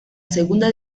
segunda